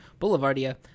Boulevardia